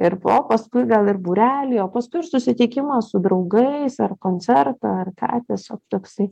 ir o paskui gal ir būrelį o paskui ir susitikimą su draugais ar koncertą ar ką tiesiog toksai